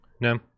no